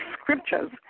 scriptures